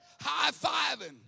High-fiving